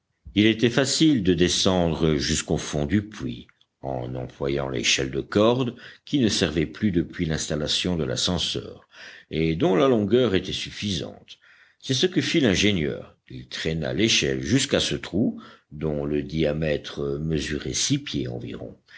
il était facile de descendre jusqu'au fond du puits en employant l'échelle de corde qui ne servait plus depuis l'installation de l'ascenseur et dont la longueur était suffisante c'est ce que fit l'ingénieur il traîna l'échelle jusqu'à ce trou dont le diamètre mesurait six pieds environ